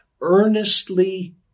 earnestly